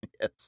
Yes